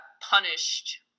punished